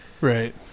Right